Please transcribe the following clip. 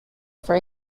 for